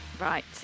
Right